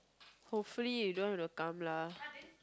hopefully we don't have to come lah